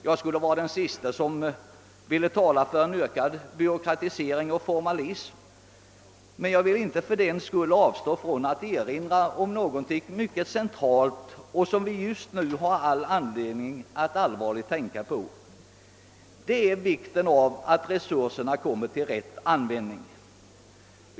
Jag skulle vara den siste som ville tala för en ökad byråkratisering och formalism, men jag vill inte fördenskull avstå från att erinra om någonting mycket centralt, som vi just nu har all anledning att allvarligt tänka på, nämligen vikten av att resurserna kommer till rätt användning.